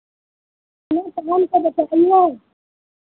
अपना टाइम तो बताइए